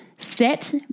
set